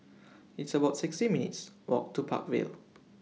It's about sixty minutes' Walk to Park Vale